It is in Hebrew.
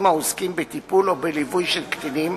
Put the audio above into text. העוסקים בטיפול בקטינים או בליווי של קטינים,